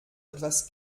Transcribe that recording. etwas